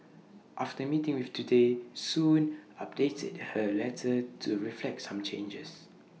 after meeting with Today Soon updated her letter to reflect some changes